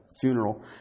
funeral